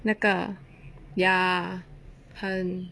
那个 ya 很